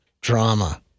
Drama